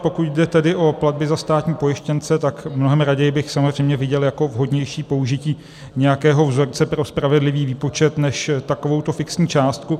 Pokud jde tedy o platby za státní pojištěnce, tak mnohem raději bych samozřejmě viděl jako vhodnější použití nějakého vzorce pro spravedlivý výpočet než takovouto fixní částku.